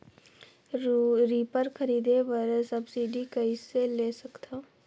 Reaper खरीदे बर subsidy कइसे ले सकथव?